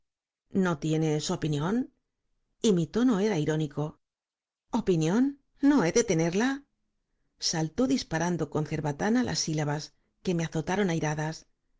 no tienes opinión y mi tono era irónico opinión no he de tenerla saltó disparando con cerbatana las sílabas que me azotaron airadas